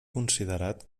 considerat